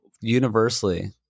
universally